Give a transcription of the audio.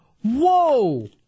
Whoa